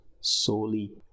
solely